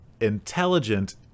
intelligent